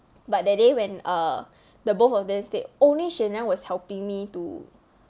but that day when err the both of them stayed only shen yang was helping me to